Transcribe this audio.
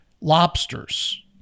lobsters